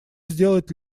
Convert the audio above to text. сделать